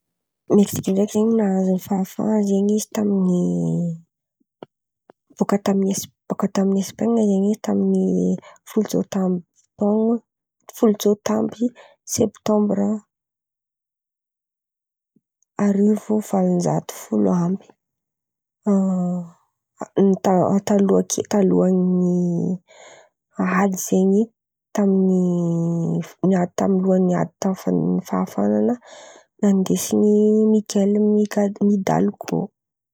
Meksika ndraiky zen̈y nahazo ny fahafahana zen̈y izy tamin'ny bôka tamin'i Esp- bôka tamin'i Espain̈a zen̈y izy tamin'ny folo tsôta amby taon̈o, folo tsôta amby septambra arivo valon-jato folo amby. A ny ta- taloha ke- talohan'ny ady zen̈y tamin'ny niady tamy lohan'ny ady tamin'ny fahafahana nandesin'i Mikail Migad Nid Aldô.